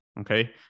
Okay